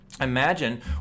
Imagine